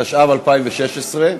התשע"ו 2016,